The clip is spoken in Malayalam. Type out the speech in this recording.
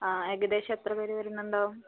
അ ഏകദേശം എത്രപേര് വരുന്നുണ്ടാവും